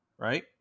right